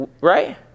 Right